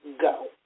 go